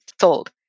sold